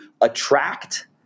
attract